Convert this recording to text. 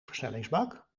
versnellingsbak